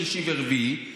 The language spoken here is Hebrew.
שלישי ורביעי,